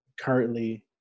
currently